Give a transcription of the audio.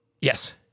Yes